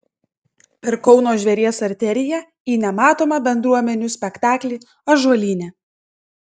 per kauno žvėries arteriją į nematomą bendruomenių spektaklį ąžuolyne